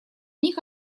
них